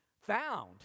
found